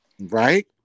right